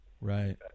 Right